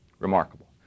Remarkable